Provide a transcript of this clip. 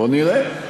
בוא נראה.